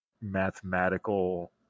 mathematical